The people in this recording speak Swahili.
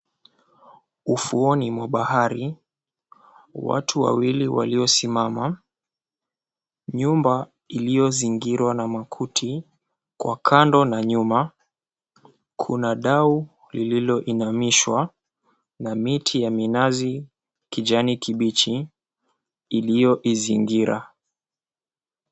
Ufuoni mwa bahari, watu wawili waliosimama. Nyumba iliyozingirwa na makuti kwa kando na nyuma kuna dau lililoinamishwa na miti ya minazi kijani kibichi iliyo izingira.